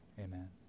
Amen